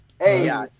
Hey